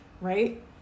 right